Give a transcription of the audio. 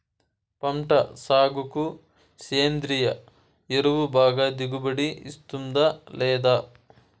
పంట సాగుకు సేంద్రియ ఎరువు బాగా దిగుబడి ఇస్తుందా లేదా